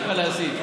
ממשיכה להסית.